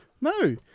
no